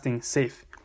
safe